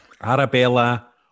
Arabella